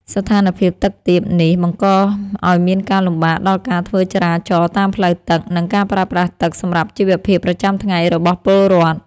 ស្ថានភាពទឹកទាបនេះបង្កឱ្យមានការលំបាកដល់ការធ្វើចរាចរណ៍តាមផ្លូវទឹក និង ការប្រើប្រាស់ទឹកសម្រាប់ជីវភាពប្រចាំថ្ងៃរបស់ពលរដ្ឋ។